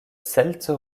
celtes